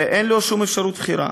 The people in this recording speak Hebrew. ואין לו שום אפשרות בחירה.